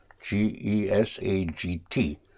g-e-s-a-g-t